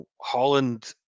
Holland